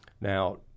Now